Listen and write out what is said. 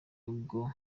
nibwo